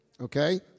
Okay